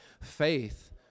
Faith